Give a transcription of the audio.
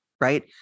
right